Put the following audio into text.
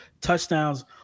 touchdowns